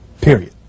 Period